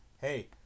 Hey